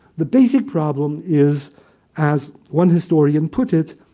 the basic problem is as one historian put it,